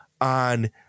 on